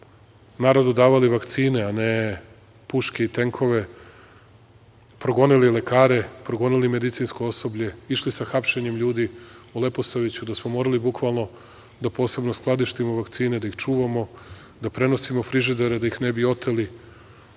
narodu davali vakcine, a ne puške i tenkove progonili lekare, progonili medicinsko osoblje, išli sa hapšenjem ljudi u Leposaviću, da smo morali bukvalno da posebno skladištimo vakcine, da ih čuvamo, da prenosimo frižidere da ih ne bi oteli